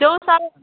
ଯେଉଁ ସାଇଜ୍